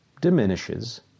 diminishes